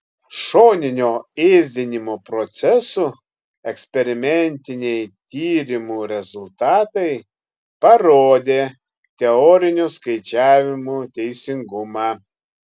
šoninio ėsdinimo procesų eksperimentiniai tyrimų rezultatai parodė teorinių skaičiavimų teisingumą